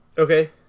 Okay